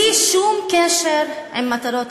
תסתום את האוזניים.